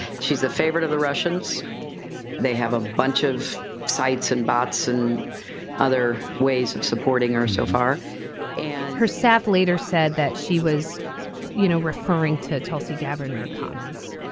she's a favorite of the russians they have a bunch of sites and bots and other ways ways of supporting her so far and her staff later said that she was you know referring to tulsi gabbard in her comments.